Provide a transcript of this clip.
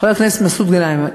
חבר הכנסת מסעוד גנאים,